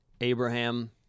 Abraham